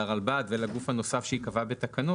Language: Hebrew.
לרלב"ד ולגוף הנוסף שייקבע בתקנות,